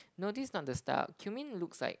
no this is not the star cumin looks like